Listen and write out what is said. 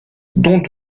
dont